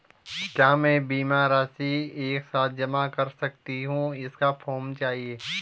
क्या मैं बीमा की राशि एक साथ जमा कर सकती हूँ इसका फॉर्म चाहिए?